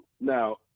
Now